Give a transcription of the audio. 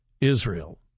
Israel